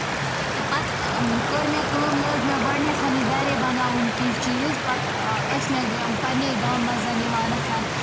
تہٕ پَتہٕ کٔر مےٚ کٲم لٲگۍ مےٚ گۄڈنٮ۪تھَنٕے گَرے بَناوٕنۍ کیٚنٛہہ چیٖز پَتہٕ ٲسۍ مےٚ پَنٕنے گامہٕ منٛز یِوان